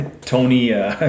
Tony